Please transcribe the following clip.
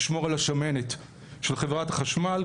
לשמור על השמנת של חברת החשמל.